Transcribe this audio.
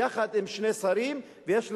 יחד עם שני שרים, ויש לנו,